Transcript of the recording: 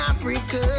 Africa